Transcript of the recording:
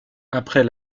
après